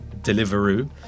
Deliveroo